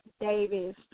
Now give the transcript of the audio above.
Davis